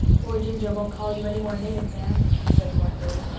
poor ginger won't call you any more names, anne, he said mournfully.